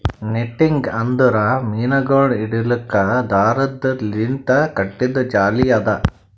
netting ಅಂದುರ್ ಮೀನಗೊಳ್ ಹಿಡಿಲುಕ್ ದಾರದ್ ಲಿಂತ್ ಕಟ್ಟಿದು ಜಾಲಿ ಅದಾ